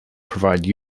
provide